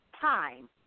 time